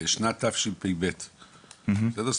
בשנת תשפ"ב, בסדר?